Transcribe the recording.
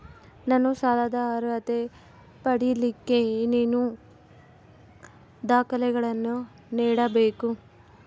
ನಾನು ಸಾಲದ ಅರ್ಹತೆ ಪಡಿಲಿಕ್ಕೆ ಏನೇನು ದಾಖಲೆಗಳನ್ನ ನೇಡಬೇಕು?